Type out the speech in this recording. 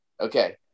Okay